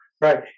Right